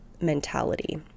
mentality